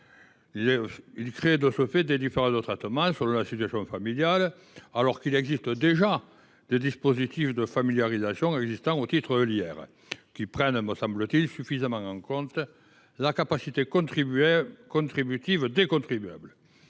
créent des différences de traitement selon la situation familiale, alors qu’il existe déjà des dispositifs de familiarisation prévus au titre de l’IR, lesquels prennent, me semble t il, suffisamment en compte la capacité contributive des contribuables.